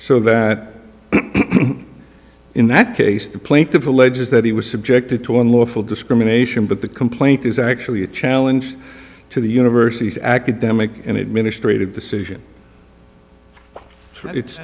so that in that case the plaintiff alleges that he was subjected to unlawful discrimination but the complaint is actually a challenge to the university's academic and it ministry to decision it's